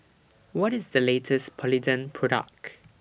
What IS The latest Polident Product